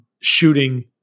shooting